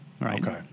Right